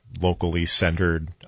locally-centered